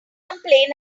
complaint